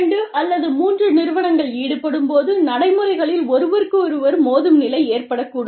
இரண்டு அல்லது மூன்று நிறுவனங்கள் ஈடுபடும்போது நடைமுறைகளில் ஒருவருக்கொருவர் மோதும் நிலை ஏற்படக்கூடும்